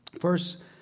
First